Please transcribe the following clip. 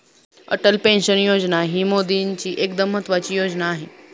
Atal pension योजना ही मोदीजींची एकदम महत्त्वाची योजना आहे